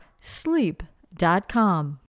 sleep.com